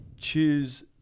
choose